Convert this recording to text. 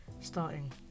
starting